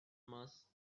mass